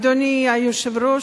אדוני היושב-ראש,